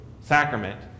sacrament